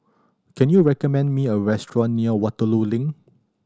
can you recommend me a restaurant near Waterloo Link